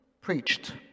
preached